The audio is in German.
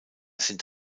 sind